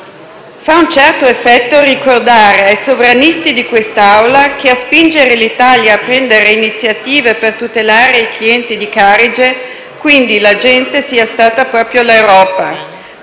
Fa un certo effetto ricordare ai sovranisti di quest'Aula che a spingere l'Italia a prendere iniziative per tutelare i clienti di Carige, quindi la gente, sia stata proprio l'Europa,